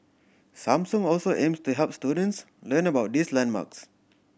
Samsung also aims to help students learn about these landmarks